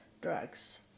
drugs